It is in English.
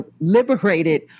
liberated